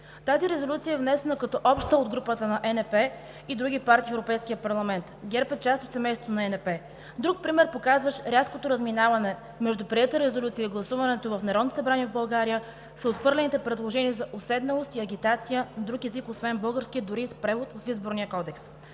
Тази резолюция е внесена като обща от групата на ЕНП и други партии в Европейския парламент. ГЕРБ е част от семейството на ЕНП. Друг пример, показващ рязкото разминаване между приета резолюция и гласуването в Народното събрание в България, са отхвърлените предложения за уседналост и агитация на друг език освен българския, дори и с превод в Изборния кодекс,